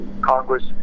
Congress